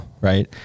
right